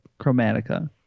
chromatica